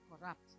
corrupt